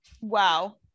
Wow